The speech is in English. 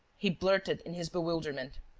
he blurted in his bewilderment.